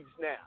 now